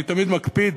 אני תמיד מקפיד